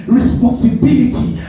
responsibility